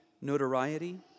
notoriety